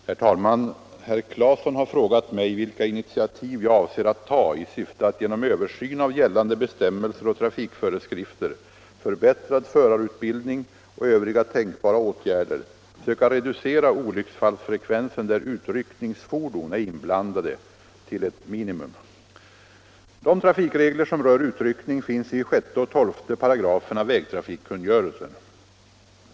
Herr talman! Herr Claeson har frågat mig vilka initiativ jag avser att ta i syfte att genom översyn av gällande bestämmelser och trafikföreskrifter, förbättrad förarutbildning och övriga tänkbara åtgärder söka reducera frekvensen olycksfall, där utryckningsfordon är inblandade, till ett minimum. De trafikregler som rör utryckning finns i 6 och 12 §§ vägtrafikkungörelsen.